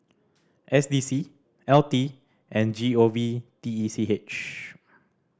S D C L T and G O V T E C H